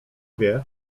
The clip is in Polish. wie